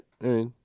right